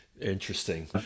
Interesting